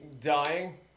dying